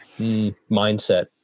mindset